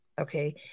Okay